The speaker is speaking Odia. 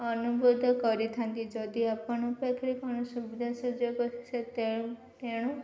ଅନୁଭୂତ କରିଥାନ୍ତି ଯଦି ଆପଣଙ୍କ ପାଖରେ କ'ଣ ସୁବିଧା ସୁଯୋଗ ସେ ତେଣୁ ତେଣୁ